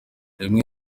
rimwe